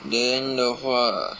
then 的话